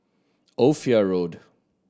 Ophir Road